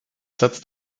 setzt